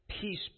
Peace